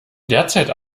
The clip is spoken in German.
derzeit